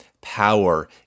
power